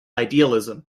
idealism